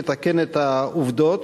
לתקן את העובדות.